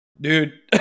dude